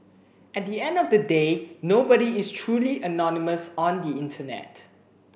at the end of the day nobody is truly anonymous on the internet